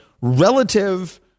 relative